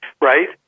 right